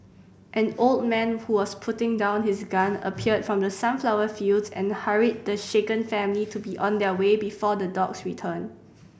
an old man who was putting down his gun appeared from the sunflower fields and hurried the shaken family to be on their way before the dogs return